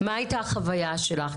מה הייתה החוויה שלך,